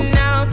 now